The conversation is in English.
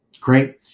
Great